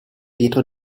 dietro